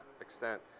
extent